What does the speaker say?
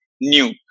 new